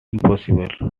impossible